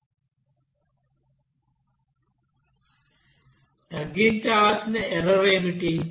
తగ్గించాల్సిన error ఏమిటి